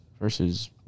versus